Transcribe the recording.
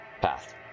path